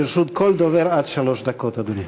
לרשות כל דובר עד שלוש דקות, אדוני.